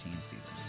season